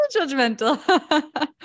judgmental